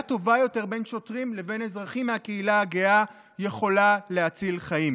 טובה יותר בין שוטרים לבין אזרחים מהקהילה הגאה יכולה להציל חיים.